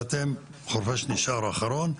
וחורפיש נשאר אחרון,